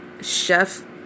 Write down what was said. chef